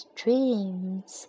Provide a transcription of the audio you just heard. dreams